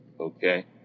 Okay